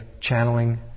channeling